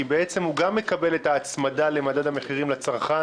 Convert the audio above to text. כי בעצם הוא גם מקבל את ההצמדה למדד המחירים לצרכן,